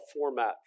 format